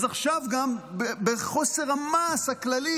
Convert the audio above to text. אז עכשיו, בחוסר המעש הכללי